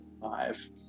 Five